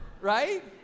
Right